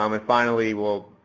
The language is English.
um and finally we'll,